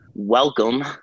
welcome